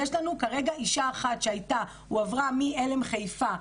יש לנו כרגע אישה אחת שהועברה מעלם חיפה,